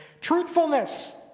Truthfulness